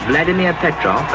vladimir petrov,